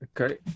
okay